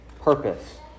purpose